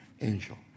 angel